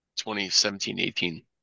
2017-18